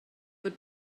fod